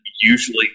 usually